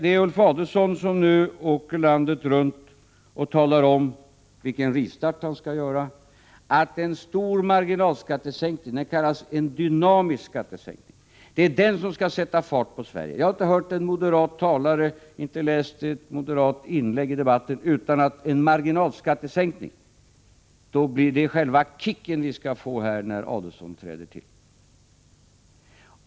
Det är Ulf Adelsohn som nu åker landet runt och talar om vilken rivstart han skall göra, att en stor skattesänkning — den kallas en dynamisk skattesänkning — skall sätta fart på Sverige. Jag har inte hört en enda moderat talare och inte läst ett enda inlägg i debatten utan att höra att en marginalskattesänkning är själva kicken som vi skall få när Ulf Adelsohn träder till.